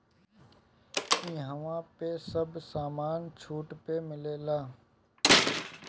इहवा पे सब समान छुट पे मिल जाला